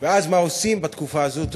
ואז, מה עושים בתקופה הזאת?